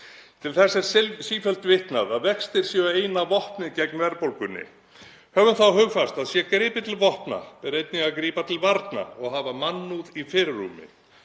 Til þess er sífellt vitnað að vextir séu eina vopnið gegn verðbólgunni. Höfum það hugfast að sé gripið til vopna ber einnig að grípa til varna og hafa mannúð í fyrirrúmi.